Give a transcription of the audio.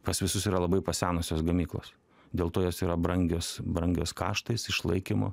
pas visus yra labai pasenusios gamyklos dėl to jos yra brangios brangios kaštais išlaikymo